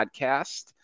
Podcast